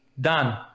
Done